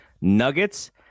Nuggets